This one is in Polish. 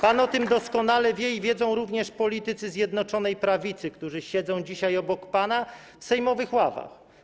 Pan o tym doskonale wie i wiedzą również politycy Zjednoczonej Prawicy, którzy siedzą dzisiaj obok pana w sejmowych ławach.